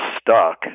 stuck